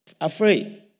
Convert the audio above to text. afraid